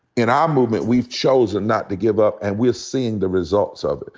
in our movement we've chosen not to give up. and we're seeing the results of it.